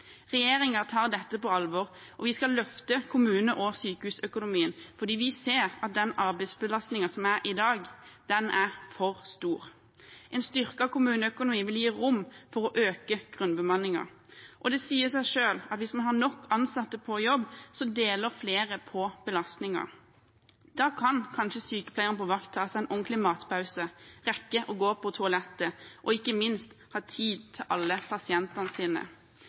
tar dette på alvor, og vi skal løfte kommune- og sykehusøkonomien, for vi ser at den arbeidsbelastningen som er i dag, er for stor. En styrket kommuneøkonomi vil gi rom for å øke grunnbemanningen. Det sier seg selv at hvis man har nok ansatte på jobb, deler flere på belastningen. Da kan kanskje sykepleieren på vakt ta seg en ordentlig matpause, rekke å gå på toalettet og ikke minst ha tid til alle pasientene sine.